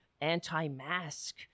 anti-mask